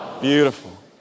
Beautiful